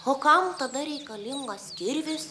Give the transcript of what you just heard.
o kam tada reikalingas kirvis